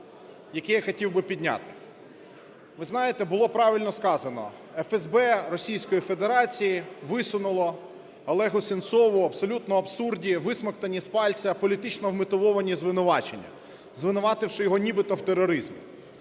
яке я хотів би підняти. Ви знаєте, було правильно сказано, ФСБ Російської Федерації висунуло Олегу Сенцову абсолютно абсурдні, висмоктані з пальця, політично вмотивовані звинувачення, звинувативши його нібито в тероризмі.